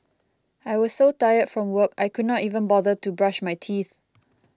I was so tired from work I could not even bother to brush my teeth